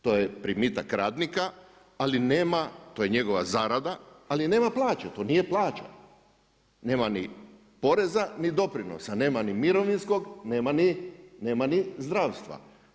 To je primitak radnika ali nema, to je njegova zarada, ali nema plaće, to nije plaća, nema ni poreza, ni doprinosa, nema ni mirovinskog nema ni zdravstva.